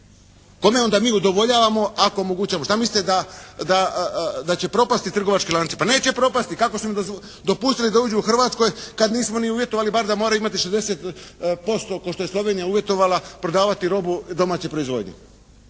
Kome onda mi udovoljavamo ako omogućavamo, šta mislite da će propasti trgovački lanci. Pa neće propasti, kako smo im dopustili da uđu u Hrvatsku kada nismo ni uvjetovali bar da moraju imati 60% kao što je Slovenija uvjetovala, prodavati robu domaće proizvodnje.